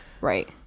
right